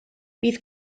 bydd